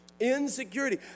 insecurity